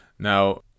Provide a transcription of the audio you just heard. Now